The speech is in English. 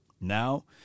Now